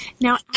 Now